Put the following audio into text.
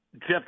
Jeff